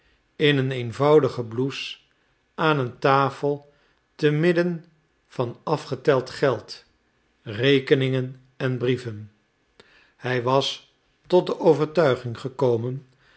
in een eenvoudige blouse aan een tafel te midden van afgeteld geld rekeningen en brieven hij was tot de overtuiging gekomen